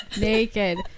Naked